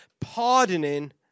pardoning